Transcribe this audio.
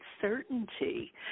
certainty